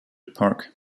park